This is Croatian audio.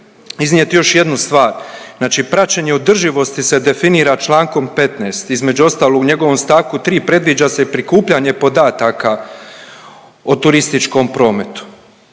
iznijeti još jednu stvar. Znači praćenje održivosti se definira čl. 15. Između ostalog u njegovom stavku 3. predviđa se prikupljanje podataka o turističkom prometu.